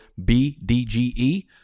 BDGE